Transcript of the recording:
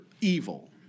evil